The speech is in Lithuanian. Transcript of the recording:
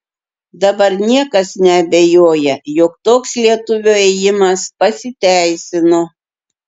dabar niekas neabejoja jog toks lietuvio ėjimas pasiteisino